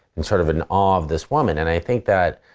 in sort of an awe of this woman. and i think that